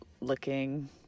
looking